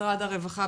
משרד הרווחה.